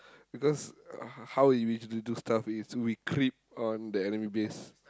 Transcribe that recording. because uh how we we to do stuff is we creep on the enemy base